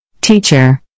Teacher